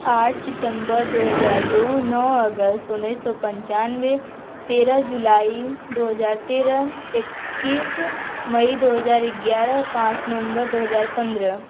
आठ सितंबर दो हज़ार दो नौ अगस्त उन्नीस सौ पंचानवे तेरह जुलाई दो हज़ार तेरह एक्कीस मई दो हज़ार ग्यारह पाँच नवंबर दो हज़ार पंद्रह